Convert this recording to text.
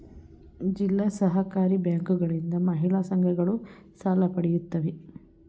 ಜಿಲ್ಲಾ ಸಹಕಾರಿ ಬ್ಯಾಂಕುಗಳಿಂದ ಮಹಿಳಾ ಸಂಘಗಳು ಸಾಲ ಪಡೆಯುತ್ತವೆ